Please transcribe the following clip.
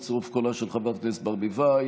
בצירוף קולה של חברת הכנסת ברביבאי,